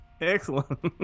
Excellent